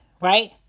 Right